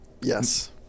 Yes